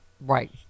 right